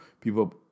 People